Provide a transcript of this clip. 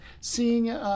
seeing